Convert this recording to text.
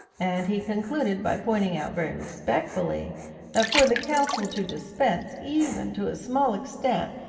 and he concluded by pointing out very respectfully that for the consul to dispense, even to a small extent,